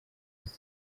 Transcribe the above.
els